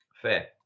Fair